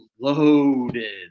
loaded